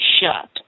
shut